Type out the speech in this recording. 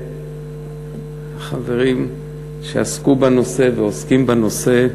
והחברים שעסקו בנושא ועוסקים בנושא,